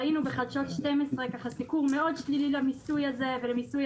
ראינו בחדשות 12 סיקור שלילי מאוד למיסוי הזה ולמיסוי